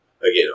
again